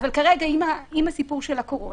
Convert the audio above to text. כרגע עם הסיפור של הקורונה,